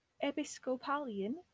Episcopalian